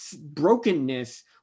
brokenness